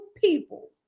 people